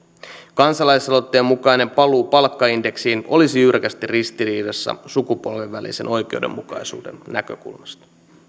kansalaisaloitteen mukainen paluu palkkaindeksiin olisi jyrkästi ristiriidassa sukupolvien välisen oikeudenmukaisuuden näkökulmasta